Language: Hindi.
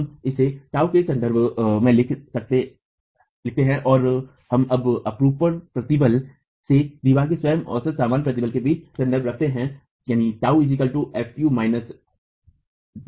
हम इसे τ के संदर्भ में लिखते हैं और अब हम औसत अपरूपण प्रतिबल से दिवार की स्वयं औसत सामान्य प्रतिबल के बीच संबंध रखते हैं